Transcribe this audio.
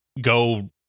go